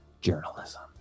journalism